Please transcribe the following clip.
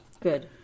Good